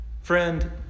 Friend